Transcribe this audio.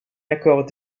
accord